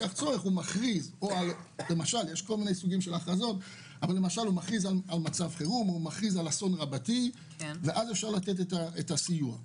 להכריז על מצב חירום או על אסון רבתי ואז אפשר לתת את הסיוע.